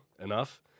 enough